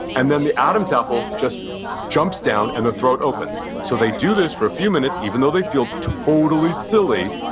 and then the adam's apple just jumps down and the throat opens. so they do this for a few minutes, even though they feel totally silly,